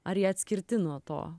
ar jie atskirti nuo to